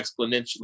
exponentially